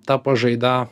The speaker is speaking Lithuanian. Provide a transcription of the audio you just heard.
ta pažaida